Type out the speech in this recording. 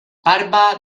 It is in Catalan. barba